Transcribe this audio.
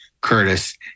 curtis